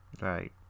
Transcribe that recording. right